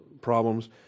problems